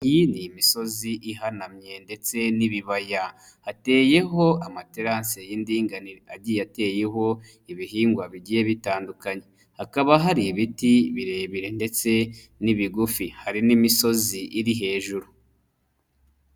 Iyi ni imisozi ihanamye ndetse n'ibibaya, hateyeho amaterasi y'indindinganire agiye yateyeho ibihingwa bigiye bitandukanye, hakaba hari ibiti birebire ndetse n'ibigufi, hari n'imisozi iri hejuru.